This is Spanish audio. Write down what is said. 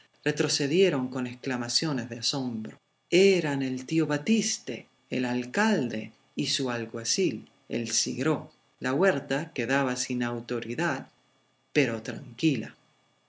retrocedieron con exclamaciones de asombro eran el tío batiste el alcalde y su alguacil el sigró la huerta quedaba sin autoridad pero tranquila